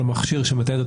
מדובר על המכשיר שמתעד.